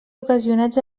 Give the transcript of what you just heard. ocasionats